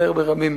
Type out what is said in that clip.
לדבר ברבים.